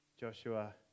Joshua